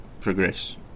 progress